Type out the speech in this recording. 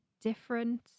Different